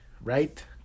right